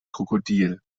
krokodil